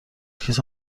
کیسه